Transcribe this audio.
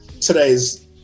today's